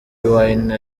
wine